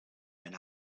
and